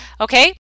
Okay